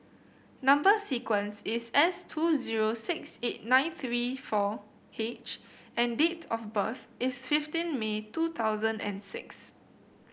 number sequence is S two zero six eight nine three four H and date of birth is fifteen May two thousand and six